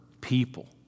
people